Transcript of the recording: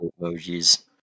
emojis